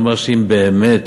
שאמר שאם באמת